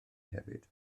hefyd